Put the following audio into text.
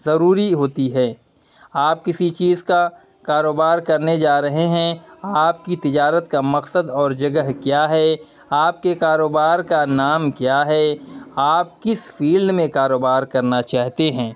ضروری ہوتی ہے آپ کسی چیز کا کاروبار کرنے جا رہے ہیں آپ کی تجارت کا مقصد اور جگہ کیا ہے آپ کے کاروبار کا نام کیا ہے آپ کس فیلڈ میں کاروبار کرنا چاہتے ہیں